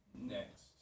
Next